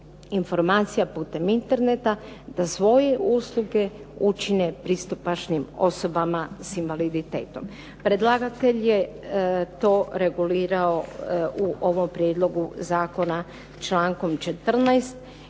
informacija putem interneta da svoje usluge učine pristupačnijim osobama s invaliditetom. Predlagatelj je to regulirao u ovom prijedlogu zakona člankom 14.